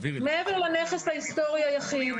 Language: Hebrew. מעבר לנכס ההסטורי היחיד.